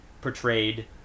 portrayed